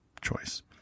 choice